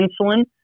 insulin